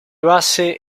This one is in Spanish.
base